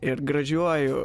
ir gražiuoju